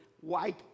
white